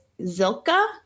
Zilka